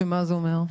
שמה זה אומר?